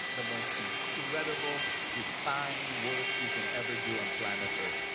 the most incredible, divine work you can ever do on planet earth.